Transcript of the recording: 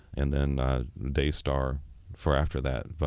and then daystar for after that.